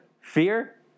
Fear